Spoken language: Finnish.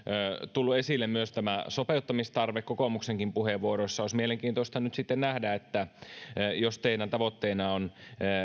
tullut esille myös tämä sopeuttamistarve kokoomuksenkin puheenvuoroissa olisi mielenkiintoista nyt sitten nähdä että jos teidän tavoitteena on